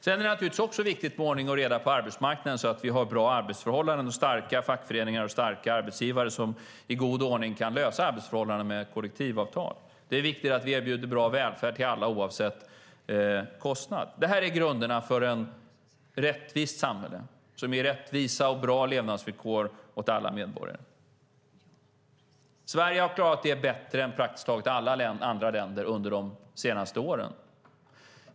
Sedan är det naturligtvis också viktigt med ordning och reda på arbetsmarknaden så att det blir bra arbetsförhållanden, starka fackföreningar och arbetsgivare som i god ordning kan lösa frågor om arbetsförhållanden med kollektivavtal. Det är viktigt att vi erbjuder bra välfärd till alla oavsett kostnad. Det är grunderna för ett samhälle med rättvisa och bra levnadsvillkor för alla medborgare. Sverige har klarat detta bättre än praktiskt taget alla andra länder under de senaste åren.